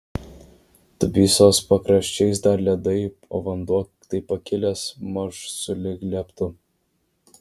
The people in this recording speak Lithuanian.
dubysos pakraščiais dar ledai o vanduo taip pakilęs maž sulig lieptu